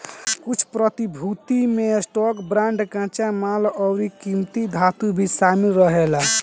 कुछ प्रतिभूति में स्टॉक, बांड, कच्चा माल अउरी किमती धातु भी शामिल रहेला